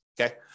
okay